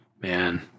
Man